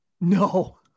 no